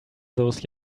those